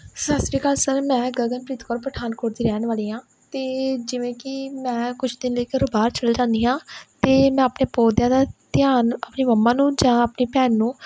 ਸਤਿ ਸ਼੍ਰੀ ਅਕਾਲ ਸਰ ਮੈਂ ਗਗਨਪ੍ਰੀਤ ਕੌਰ ਪਠਾਨਕੋਟ ਦੀ ਰਹਿਣ ਵਾਲੀ ਹਾਂ ਅਤੇ ਜਿਵੇਂ ਕਿ ਮੈਂ ਕੁਛ ਦਿਨ ਲਈ ਘਰੋਂ ਬਾਹਰ ਚਲ ਜਾਂਦੀ ਹਾਂ ਤਾਂ ਮੈਂ ਆਪਣੇ ਪੌਦਿਆਂ ਦਾ ਧਿਆਨ ਆਪਣੀ ਮੰਮਾ ਨੂੰ ਜਾਂ ਆਪਣੀ ਭੈਣ ਨੂੰ